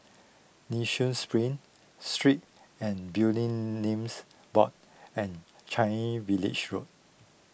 Nee Soon Spring Street and Building Names Board and Changi Village Road